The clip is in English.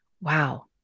Wow